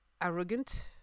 arrogant